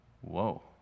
whoa